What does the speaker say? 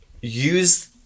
use